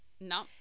No